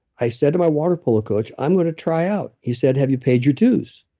i said to my water polo coach, i'm going to try out. he said, have you paid your dues?